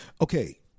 Okay